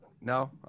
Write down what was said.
No